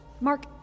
Mark